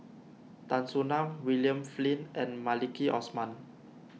Tan Soo Nan William Flint and Maliki Osman